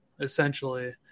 essentially